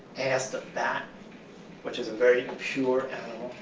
asked a bat which is a very pure